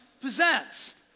possessed